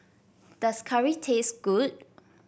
does curry taste good